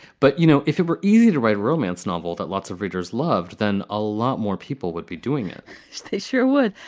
but, you know, if it were easy to write romance novel that lots of readers loved, then a lot more people would be doing it they sure would.